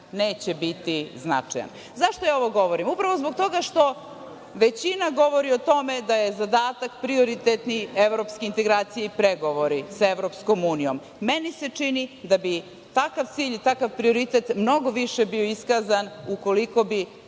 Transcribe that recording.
neće biti značajan.Zašto ja ovo govorim? Upravo zbog toga što većina govori o tome da su zadaci prioritetni evropske integracije i pregovori sa Evropskom unijom. Meni se čini da bi takav cilj i takav prioritet mnogo više bio iskazan ukoliko bi